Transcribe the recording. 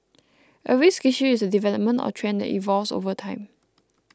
a risk issue is a development or trend that evolves over time